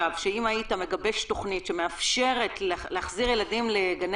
עכשיו שאם היית מגבש תוכנית שמאפשרת להחזיר ילדים לגני